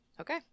Okay